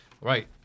Right